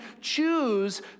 choose